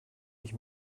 ich